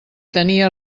tenia